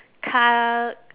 car